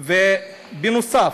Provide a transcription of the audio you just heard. בנוסף,